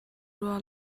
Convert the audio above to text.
rua